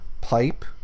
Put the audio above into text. pipe